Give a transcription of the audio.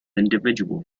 individual